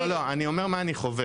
לא, לא, אני אומר מה אני חווה.